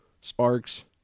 Sparks